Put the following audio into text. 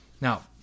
Now